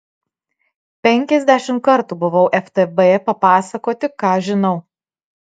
penkiasdešimt kartų buvau ftb papasakoti ką žinau